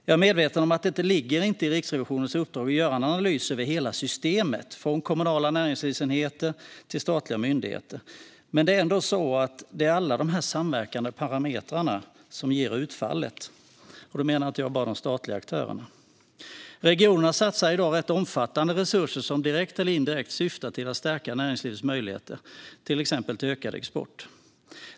Jag är medveten om att det inte ligger i Riksrevisionens uppdrag att göra en analys av hela systemet, från kommunala näringslivsenheter till statliga myndigheter. Men det är ändå så att det är alla samverkande parametrar som ger utfallet. Och då menar jag inte bara de statliga aktörerna. Regionerna satsar i dag rätt omfattande resurser som direkt eller indirekt syftar till att stärka näringslivets möjligheter till exempelvis ökad export.